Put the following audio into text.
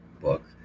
book